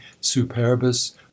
superbus